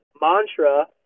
mantra